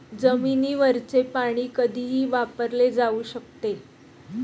जमिनीवरचे पाणी कधीही वापरले जाऊ शकते